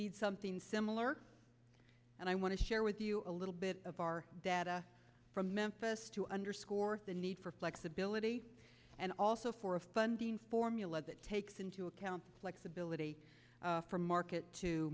need something similar and i want to share with you a little bit of our data from memphis to underscore the need for flexibility and also for a funding formula that takes into account flexibility from market to